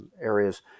areas